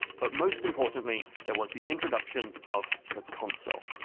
but most importantly, there was the introduction of the console.